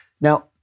Now